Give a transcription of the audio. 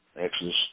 Exodus